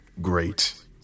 Great